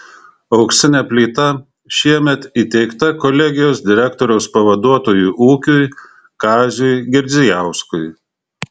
auksinė plyta šiemet įteikta kolegijos direktoriaus pavaduotojui ūkiui kaziui girdzijauskui